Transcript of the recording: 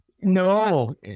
No